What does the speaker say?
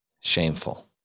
Shameful